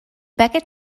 becket